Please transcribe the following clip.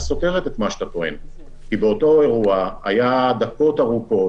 סותרת את מה שאתה טוען כי באותו אירוע היו דקות ארוכות